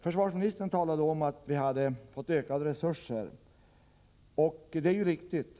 Försvarsministern talade om att vi har fått ökade resurser, och det är väl riktigt.